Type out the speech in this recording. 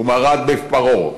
הוא מרד בפרעה,